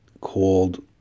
called